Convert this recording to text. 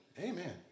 Amen